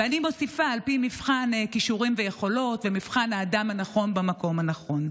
ואני מוסיפה: על פי מבחן כישורים ויכולת ומבחן האדם הנכון במקום הנכון.